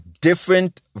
different